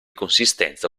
consistenza